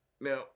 now